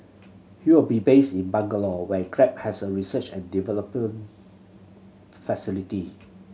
he will be based in Bangalore where Grab has a research and development facility